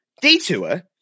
detour